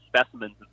specimens